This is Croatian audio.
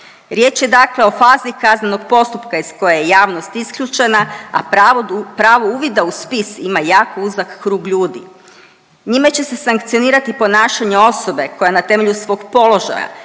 Riječ je dakle o fazi kaznenog postupka iz koje je javnost isključena, a pravo uvida u spis ima jako uzak krug ljudi. Njime će se sankcionirati ponašanje osobe koja na temelju svog položaja,